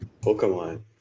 Pokemon